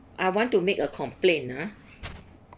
I want to make a complaint ah